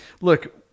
look